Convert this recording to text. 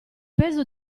peso